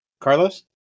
Carlos